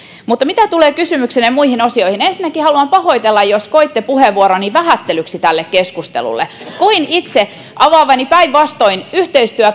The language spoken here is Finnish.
mutta mitä tulee kysymyksenne muihin osioihin ensinnäkin haluan pahoitella jos koitte puheenvuoroni vähättelyksi tälle keskustelulle koin itse avaavani päinvastoin yhteistyön